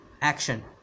action